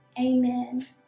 amen